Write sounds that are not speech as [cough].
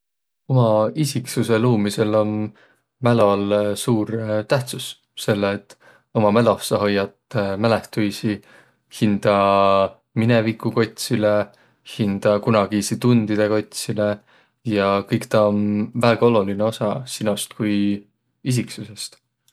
Uma isiksusõ luumisõl om mälol suur tähtsüs selle et uma mäloh sa hoiat [hesitation] mälehtüisi hindä minevigu kotsilõ, hindä kunagiidsi tundidõ kotsilõ ja kõik taa om väega ololinõ osa sinost kui isiksusõst.